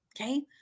okay